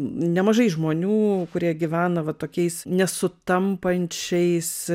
nemažai žmonių kurie gyvena va tokiais nesutampančiais